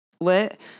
lit